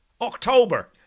October